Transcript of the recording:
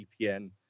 VPN